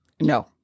No